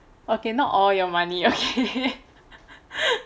okay not all your money okay